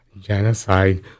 genocide